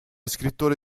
scrittore